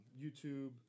YouTube